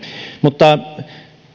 mutta